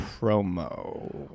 promo